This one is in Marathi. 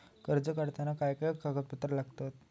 कर्ज काढताना काय काय कागदपत्रा लागतत?